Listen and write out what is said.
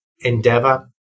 endeavor